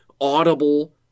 audible